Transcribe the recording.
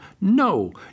no